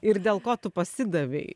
ir dėl ko tu pasidavei